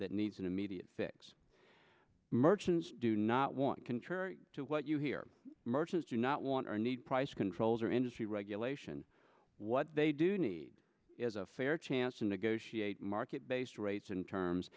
that needs an immediate fix merchants do not want contrary to what you hear merchants do not want or need price controls or industry regulation what they do need is a fair chance to negotiate market based rates and terms